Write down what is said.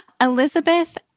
Elizabeth